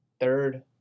third